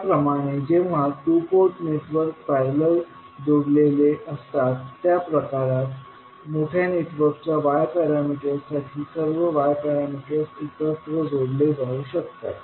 त्याचप्रमाणे जेव्हा two port network parallel जोडलेले असतात त्या प्रकारात मोठ्या नेटवर्कच्या y पॅरामीटर्स साठी सर्व y पॅरामीटर्स एकत्र जोडले जाऊ शकतात